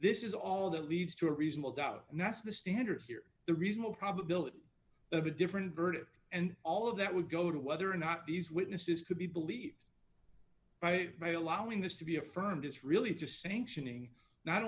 this is all that leads to a reasonable doubt and that's the standard here the reasonable probability of a different verdict and all of that would go to whether or not these witnesses could be believed by allowing this to be affirmed is really just sanctioning not